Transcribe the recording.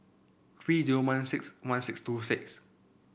three zero one six one six two six